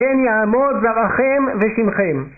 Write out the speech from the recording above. כן יעמוד זרעכם ושמכם